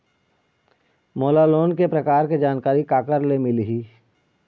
मोला लोन के प्रकार के जानकारी काकर ले मिल ही?